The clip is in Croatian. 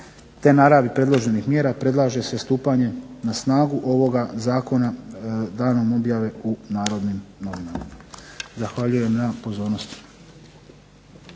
te naravi predloženih mjera predlaže se stupanje na snagu ovoga zakona danom objave u "Narodnim novinama". Zahvaljujem na pozornosti.